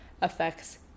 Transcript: affects